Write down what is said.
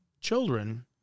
children